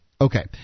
Okay